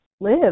live